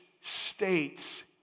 states